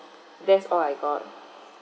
that's all I got